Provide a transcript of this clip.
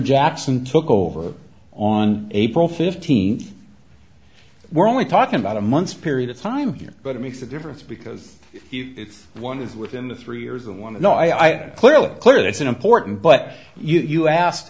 jackson took over on april fifteenth we're only talking about a month's period of time here but it makes a difference because if one is within the three years and want to know i am clearly clear that's important but you asked